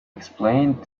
explained